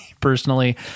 personally